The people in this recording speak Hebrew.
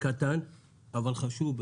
קטן אבל חשוב,